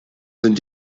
sind